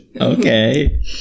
Okay